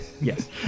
Yes